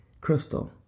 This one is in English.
Crystal